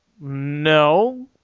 No